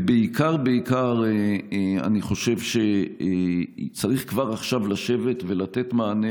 בעיקר בעיקר אני חושב שצריך כבר עכשיו לשבת ולתת מענה